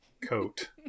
coat